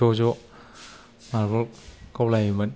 ज'ज' मारबल गावलायोमोन